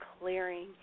clearing